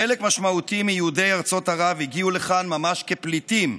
חלק משמעותי מיהודי ארצות ערב הגיעו לכאן ממש כפליטים,